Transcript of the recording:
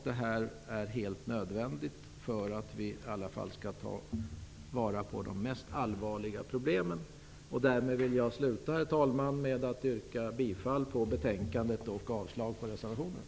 Detta är en nödvändig åtgärd för att vi i alla fall skall komma till rätta med de allvarligaste problemen. Herr talman! Därmed vill jag avsluta med att yrka bifall till hemställan i betänkandet och avslag på reservationerna.